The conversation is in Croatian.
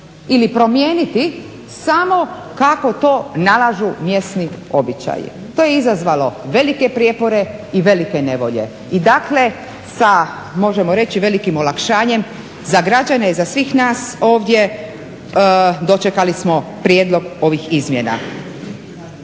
ili promijeniti samo kako to nalažu mjesni običaji. To je izazvalo velike prijepore i velike nevolje. I dakle sa možemo reći velikim olakšanjem za građane i za sve nas ovdje dočekali smo prijedlog ovih izmjena.